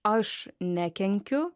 aš nekenkiu